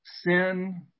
sin